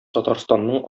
татарстанның